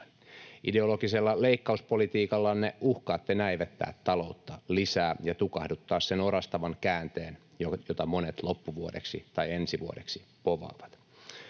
Ideologisella leikkauspolitiikallanne uhkaatte näivettää taloutta lisää ja tukahduttaa sen orastavan käänteen, jota monet loppuvuodeksi tai ensi vuodeksi povaavat.